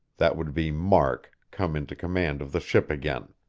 that would be mark, come into command of the ship again.